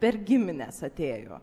per gimines atėjo